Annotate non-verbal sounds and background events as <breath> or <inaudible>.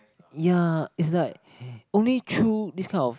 ya it's like <breath> only through this kind of